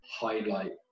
highlight